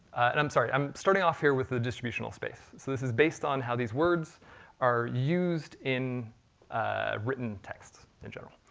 and i'm sorry, i'm starting off here with the distributional space. so this is based on how these words are used in written text in general.